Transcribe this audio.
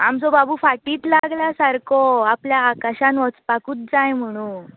आमचो बाबू फाटींत लागला सारको आपल्या आकाशान वचपाकूच जाय म्हणून